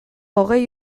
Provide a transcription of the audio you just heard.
hogei